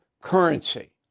currency